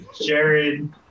Jared